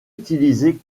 utilisé